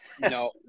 no